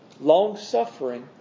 long-suffering